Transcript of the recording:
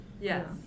Yes